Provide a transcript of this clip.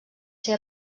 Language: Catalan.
ser